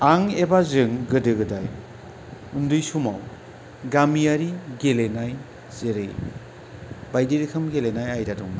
आं एबा जों गोदो गोदाय उन्दै समाव गामियारि गेलेनाय जेरै बायदि रोखोम गेलेनाय आयदा दंमोन